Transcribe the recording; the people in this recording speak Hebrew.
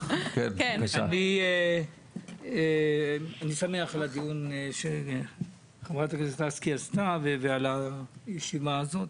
אני שמח על הדיון שחברת הכנסת לסקי עשתה ועל הישיבה הזאת.